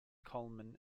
colman